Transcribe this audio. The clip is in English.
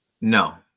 No